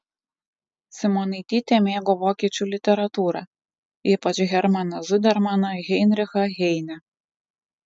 simonaitytė mėgo vokiečių literatūrą ypač hermaną zudermaną heinrichą heinę